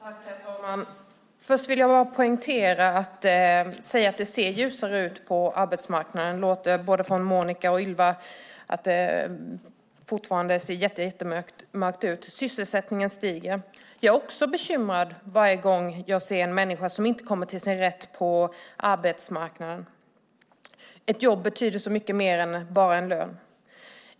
Herr talman! Först vill jag bara poängtera och säga att det ser ljusare ut på arbetsmarknaden. På både Monica och Ylva låter det som om det fortfarande ser jättemörkt ut. Men sysselsättningen stiger. Även jag är bekymrad varje gång jag ser en människa som inte kommer till sin rätt på arbetsmarknaden. Ett jobb betyder så mycket mer än bara en lön.